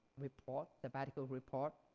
report, sabbatical report.